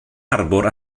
harbwr